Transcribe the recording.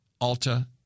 Alta